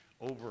over